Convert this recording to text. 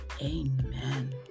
Amen